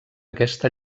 aquesta